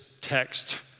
text